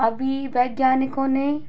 अभी वैज्ञानिकों ने